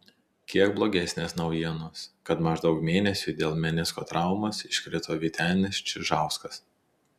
kiek blogesnės naujienos kad maždaug mėnesiui dėl menisko traumos iškrito vytenis čižauskas